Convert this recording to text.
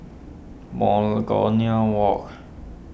Monagonia Walk